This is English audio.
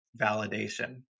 validation